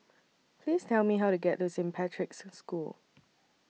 Please Tell Me How to get to Saint Patrick's School